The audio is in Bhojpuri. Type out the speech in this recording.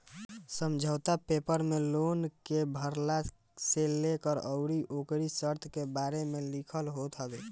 समझौता पेपर में लोन के भरला से लेके अउरी ओकरी शर्त के बारे में लिखल होत हवे